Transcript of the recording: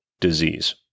disease